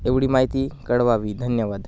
एवढी माहिती कळवावी धन्यवाद